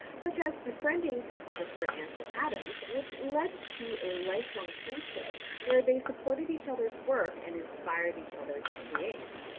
such as befriending photographer ansel and so adams, which led to a lifelong friendship where they supported each other's work and inspired each other to create.